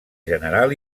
general